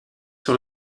sur